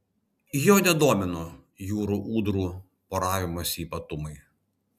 jo nedomino jūrų ūdrų poravimosi ypatumai